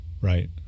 Right